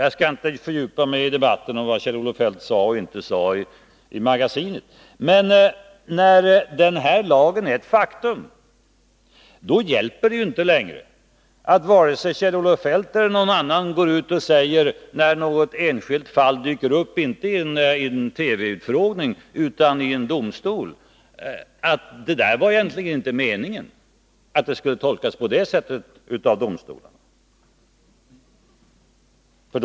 Jag skall inte fördjupa mig i debatten om vad Kjell-Olof Feldt sade och inte sade i Magasinet. Men när den här lagen är ett faktum hjälper det ju inte längre att vare sig Kjell-Olof Feldt eller någon annan går ut och säger, när något enskilt fall dyker upp inte i en TV-utfrågning utan i en domstol, att det var egentligen inte meningen att lagen skulle tolkas på det sättet av domstolen.